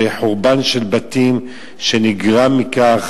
וחורבן של בתים שנגרם מכך,